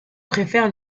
préfère